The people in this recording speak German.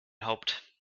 haupt